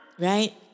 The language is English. Right